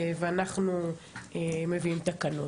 ולכן אנחנו מביאים את זה בתקנות.